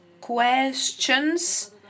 Questions